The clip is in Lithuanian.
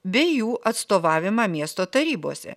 bei jų atstovavimą miesto tarybose